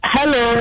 Hello